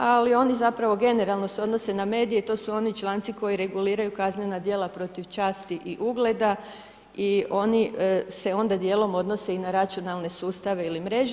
Ali oni zapravo generalno se odnose na medije i to su oni članci koji reguliraju kaznena djela protiv časti u ugleda i oni se onda dijelom odnose i na računalne sustave ili mreže.